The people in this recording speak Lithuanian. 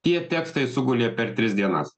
tie tekstai sugulė per tris dienas